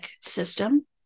system